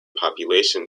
population